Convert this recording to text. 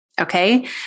Okay